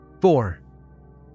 four